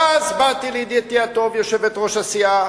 ואז באתי לידידתי הטובה יושבת-ראש הסיעה